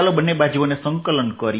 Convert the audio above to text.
ચાલો બંને બાજુઓને સંકલન કરીએ